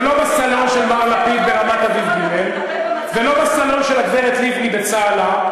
ולא בסלון של מר לפיד ברמת-אביב ג' ולא בסלון של הגברת לבני בצהלה.